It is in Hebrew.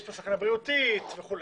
יש פה סכנה בריאותית וכולי.